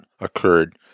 occurred